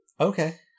Okay